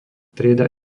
trieda